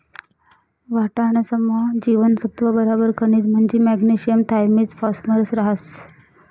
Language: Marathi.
वाटाणासमा जीवनसत्त्व बराबर खनिज म्हंजी मॅग्नेशियम थायामिन फॉस्फरस रहास